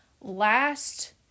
last